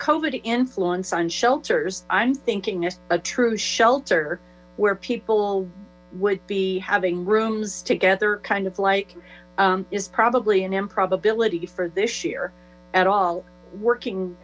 covert influence on shelters i'm thinking a true shelter where people would be having rooms together kind of like is probably an improbability for this year at all working